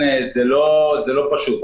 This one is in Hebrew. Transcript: זה לא פשוט.